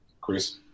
Chris